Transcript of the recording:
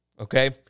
okay